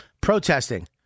protesting